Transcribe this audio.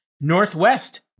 Northwest